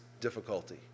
difficulty